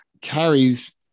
carries